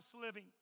living